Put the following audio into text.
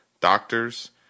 doctors